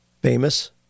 famous